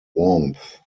warmth